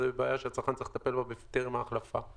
זו בעיה שהצרכן צריך לטפל בה טרם ההחלפה,